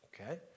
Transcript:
okay